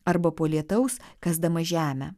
arba po lietaus kasdamas žemę